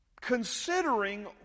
considering